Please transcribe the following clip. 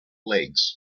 legs